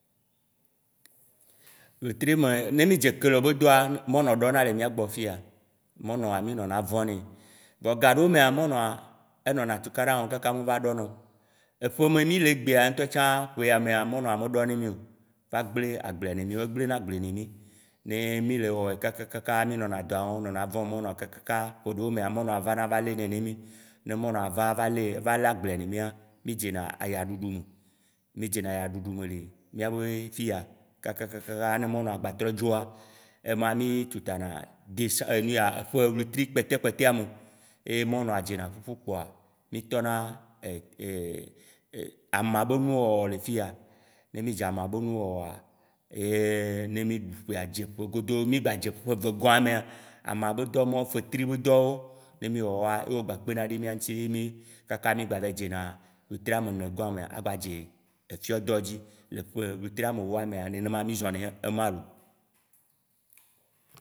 Wetri me ne mì dze kele be dɔa, Mono ɖɔna le mìagbɔ fiya, Monoa, mì nɔna vɔ̃ nɛ, vɔ gaɖewo mea, Monoa enɔna tukaɖa wɔm kaka voa meva ɖɔna o. Eƒe yi me mì le egbea ŋtɔ tsã ƒeya mea Monoa meɖɔ ne mì o, va gble agblea ne mì o, egblena agblea ne mì, ne mì. Ne mì le wɔm kakakaka, mìnɔna dɔa wɔm nɔna vɔ̃ monoa kakakaka ƒe ɖewo mea, Monoa va na va le nɛ ne mì, ne Monoa va va le va le agblea ne mìa, mì dzena aya ɖuɖu me, mì dzena aya ɖuɖu me le mìa be fiya kakakaa ne Monoa gba trɔ dzoa ema mì tu ta na decem- ƒe wetri kpɔtɔe kpɔtɔa me, ye monoa dzena kuku kpoa, mì tɔ na ama be nuwo wɔwɔ le fiya, nemì dze ama be nuwo wɔwɔa, ne mì ɖu ƒea dze ƒe godo, mì gba dze ƒe evegɔ̃a mea, ama be dɔ mɔwo, fetri be dɔwo ne mì wɔwoa, ye wo gba kpena ɖe mìa ŋti ye mì kaka mì gba va yi dzena wetri amenegɔ̃a me agbadze efiɔ dɔ dzi, le ƒe wetri amewoa mea nenema mì zɔ nɛ ye ma lo.